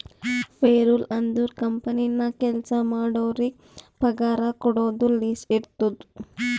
payroll ಅಂದುರ್ company ನಾಗ್ ಕೆಲ್ಸಾ ಮಾಡೋರಿಗ ಪಗಾರ ಕೊಡೋದು ಲಿಸ್ಟ್ ಇರ್ತುದ್